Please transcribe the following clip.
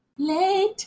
Late